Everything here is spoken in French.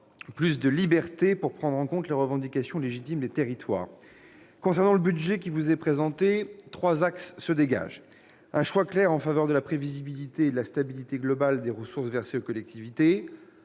plus de liberté pour prendre en compte les revendications légitimes des territoires. Concernant le budget qui vous est présenté, trois axes se dégagent : un choix clair en faveur de la prévisibilité et de la stabilité globale des ressources versées aux collectivités